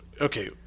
Okay